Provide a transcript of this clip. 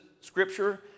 scripture